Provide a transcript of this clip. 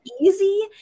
easy